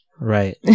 Right